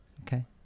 okay